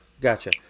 Gotcha